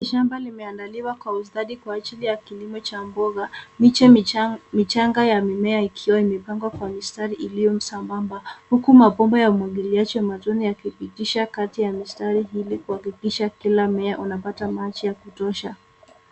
Shamba limeandaliwa kwa ustadi kwa ajili ya kilimo cha mboga. Miche michanga ya mimea ikiwa imepangwa kwa mistari iliyo misambamba ,huku mabomba ya umwagiliaji wa maji wakiyapitisha kati ya mistari ili kuhakikisha kila mmea unapata maji ya kutosha.